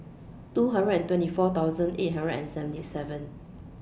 two hundred and twenty four thousand eight hundred and seventy seven